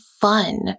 fun